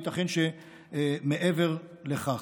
וייתכן שמעבר לכך.